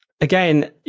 again